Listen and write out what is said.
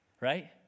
Right